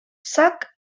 sac